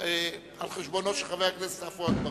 על חשבונו של חבר הכנסת עפו אגבאריה.